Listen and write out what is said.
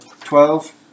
twelve